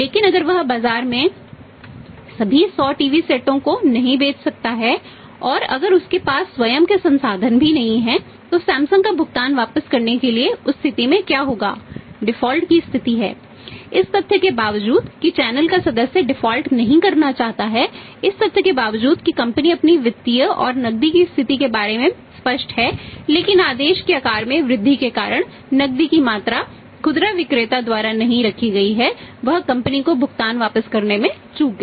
लेकिन अगर वह बाजार में सभी 100 टीवी सेटों को नहीं बेच सकता है और अगर उसके पास स्वयं के संसाधन भी नहीं हैं तो सैमसंग को भुगतान वापस करने के लिए उस स्थिति में क्या होगा डिफ़ॉल्ट को भुगतान वापस करने में चूक गया